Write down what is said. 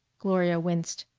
gloria winced.